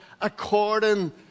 according